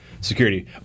security